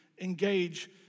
engage